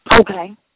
Okay